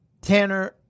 Tanner